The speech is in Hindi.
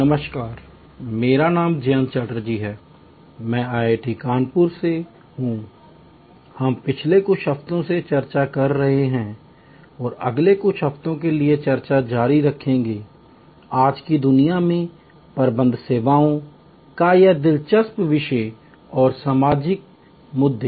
नमस्कार मेरा नाम जयंत चटर्जी है मैं IIT कानपुर से हूंI हम पिछले कई हफ्तों से चर्चा कर रहे हैं और अगले कुछ हफ्तों के लिए चर्चा जारी रखेंगे आज की दुनिया में प्रबंध सेवाओं का यह दिलचस्प विषय और समसामयिक मुद्दे